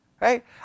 right